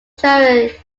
shown